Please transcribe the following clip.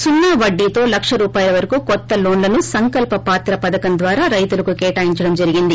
సున్నా వడ్డీతో లక్ష రూపాయల వరకూ కొత్త లోన్లను సంకల్ప పాత్ర పథకం ద్వారా రైతులకు కేటాయించడం జరిగింది